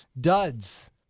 Duds